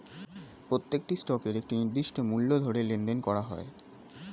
প্রত্যেকটি স্টকের একটি নির্দিষ্ট মূল্য ধরে লেনদেন করা হয়